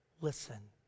listen